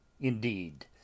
indeed